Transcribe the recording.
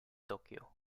tokyo